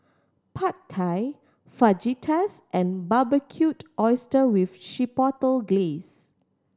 Pad Thai Fajitas and Barbecued Oyster with Chipotle Glaze